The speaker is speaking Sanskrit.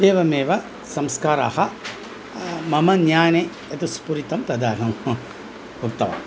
एवमेव संस्काराः मम ज्ञाने यतः स्फुरितं तदहम् उक्तवान्